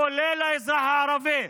כולל האזרח הערבי,